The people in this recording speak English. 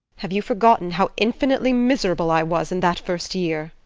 have you forgotten how infinitely miserable i was in that first year?